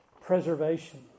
preservation